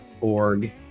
org